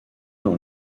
dans